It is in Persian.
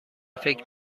فکر